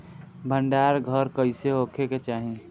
भंडार घर कईसे होखे के चाही?